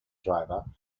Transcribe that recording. driver